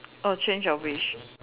err change your wish